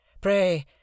Pray